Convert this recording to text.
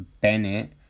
Bennett